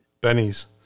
Benny's